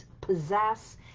possess